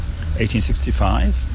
1865